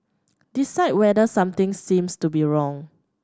decide whether something seems to be wrong